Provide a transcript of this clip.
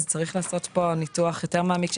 יש לעשות פה ניתוח יותר מעמיק.